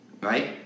right